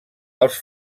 els